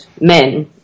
men